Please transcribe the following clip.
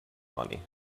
money